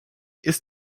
ist